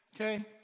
Okay